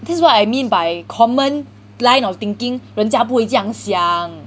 this is what I mean by common line of thinking 人家不会这样想